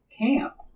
camp